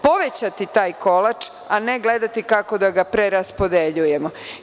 Povećati taj kolač, a ne gledati kako da ga preraspodeljujemo.